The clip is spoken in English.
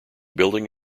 building